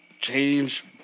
change